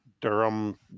Durham